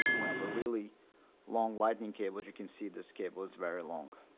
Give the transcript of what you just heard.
we have a really long lightning cable as you can see this cable it's very long